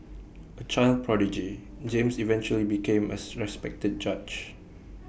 A child prodigy James eventually became as respected judge